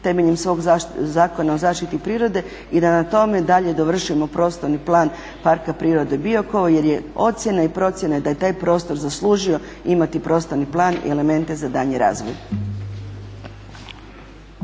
temeljem svog Zakona o zaštiti prirode i da na tome dalje dovršimo prostorni plan Parka prirode Biokovo jer je ocjena i procjena da je taj prostor zaslužio imati prostorni plan i elemente za daljnji razvoj.